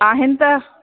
आहिनि त